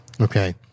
Okay